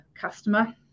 customer